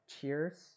Cheers